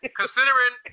considering